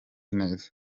neza